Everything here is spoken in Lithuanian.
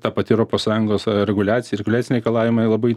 ta pati europos sąjungos reguliacija reguliaciniai reikalavimai labai